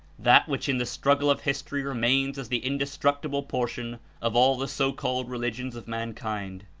that which in the struggle of history remains as the indestructible portion of all the so called religions of mankind.